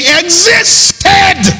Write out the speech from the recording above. existed